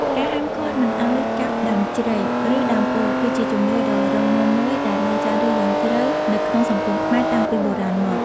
ការហាមឃាត់មិនឱ្យកាប់ដើមជ្រៃ ឬដើមពោធិ៍គឺជាជំនឿដ៏រឹងមាំមួយដែលបានចាក់ឫសយ៉ាងជ្រៅនៅក្នុងសង្គមខ្មែរតាំងពីបុរាណមក។